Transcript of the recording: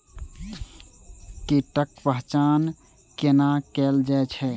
कीटक पहचान कैना कायल जैछ?